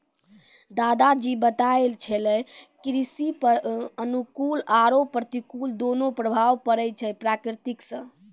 दादा जी बताय छेलै कृषि पर अनुकूल आरो प्रतिकूल दोनों प्रभाव पड़ै छै प्रकृति सॅ